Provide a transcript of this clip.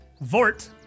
Vort